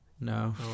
No